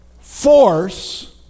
force